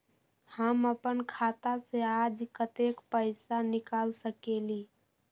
हम अपन खाता से आज कतेक पैसा निकाल सकेली?